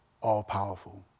all-powerful